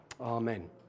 amen